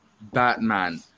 Batman